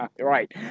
Right